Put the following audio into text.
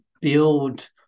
build